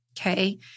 Okay